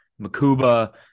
Makuba